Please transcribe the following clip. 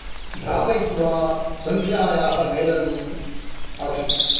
भ्रामयित्वा संख्यायाः मेलनम् आसीत्